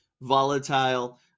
volatile